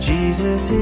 Jesus